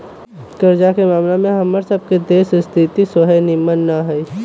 कर्जा के ममला में हमर सभ के देश के स्थिति सेहो निम्मन न हइ